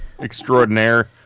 extraordinaire